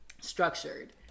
structured